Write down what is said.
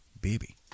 baby